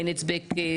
אין הצדק סוציאלי,